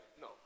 No